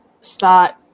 start